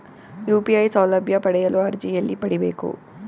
UPI ಸೌಲಭ್ಯ ಪಡೆಯಲು ಅರ್ಜಿ ಎಲ್ಲಿ ಪಡಿಬೇಕು?